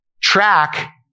track